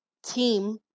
team